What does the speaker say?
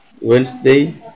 Wednesday